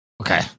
Okay